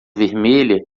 vermelha